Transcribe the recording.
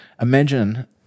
imagine